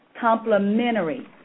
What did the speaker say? complementary